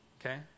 okay